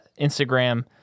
Instagram